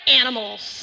animals